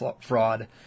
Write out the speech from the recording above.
fraud